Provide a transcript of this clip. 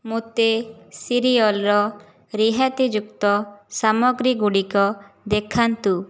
ମୋତେ ସିରିଅଲ୍ର ରିହାତିଯୁକ୍ତ ସାମଗ୍ରୀ ଗୁଡ଼ିକ ଦେଖାନ୍ତୁ